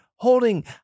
holding